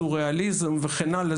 סוראליזי והלאה,